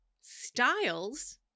styles